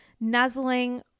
nuzzling